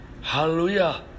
Hallelujah